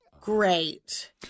Great